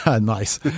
nice